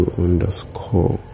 underscore